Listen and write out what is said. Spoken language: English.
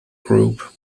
group